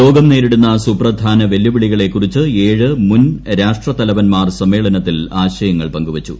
ലോകം നേരിടുന്ന സുപ്രധാന വെല്ലുവിളികളെക്കുറിച്ച് ഏഴ് മുൻ രാഷ്ട്രത്തലവന്മാർ സമ്മേളനത്തിൽ ആശയങ്ങൾ പങ്കുവച്ചു